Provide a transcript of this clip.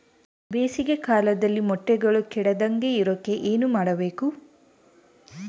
ಬೇಸಿಗೆ ಕಾಲದಲ್ಲಿ ಮೊಟ್ಟೆಗಳು ಕೆಡದಂಗೆ ಇರೋಕೆ ಏನು ಮಾಡಬೇಕು?